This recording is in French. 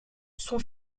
son